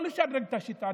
לא לשדרג את השיטה,